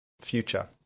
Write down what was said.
future